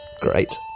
Great